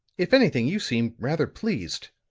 if anything, you seem rather pleased.